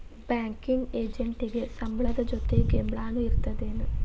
Banking ಎಜೆಂಟಿಗೆ ಸಂಬ್ಳದ್ ಜೊತಿ ಗಿಂಬ್ಳಾನು ಇರ್ತದೇನ್?